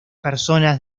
personas